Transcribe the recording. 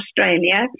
Australia